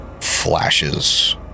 flashes